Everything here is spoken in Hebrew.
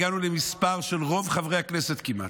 הגענו למספר של רוב חברי הכנסת כמעט,